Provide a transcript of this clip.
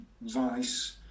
vice